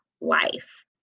life